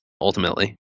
ultimately